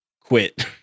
quit